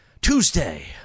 Tuesday